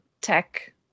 tech